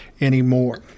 anymore